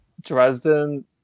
Dresden